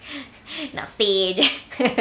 nak stay jer